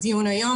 הרישיון.